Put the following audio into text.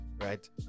right